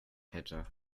hätte